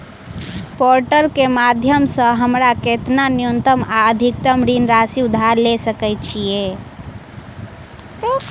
Portal केँ माध्यम सऽ हमरा केतना न्यूनतम आ अधिकतम ऋण राशि उधार ले सकै छीयै?